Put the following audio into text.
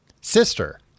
sister